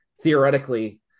theoretically